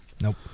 Nope